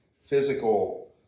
physical